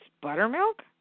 buttermilk